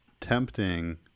Tempting